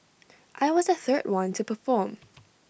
I was the third one to perform